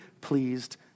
pleased